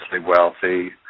wealthy